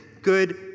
good